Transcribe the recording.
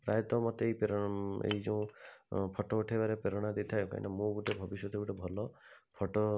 ପ୍ରାୟତଃ ମୋତେ ଏଇ ଏଇ ଯୋଉ ଫୋଟୋ ଉଠେଇବାରେ ପ୍ରେରଣା ଦେଇଥାଏ କାହିଁକିନା ମୁଁ ଗୋଟେ ଭବିଷ୍ୟତରେ ଗୋଟେ ଭଲ ଫୋଟୋ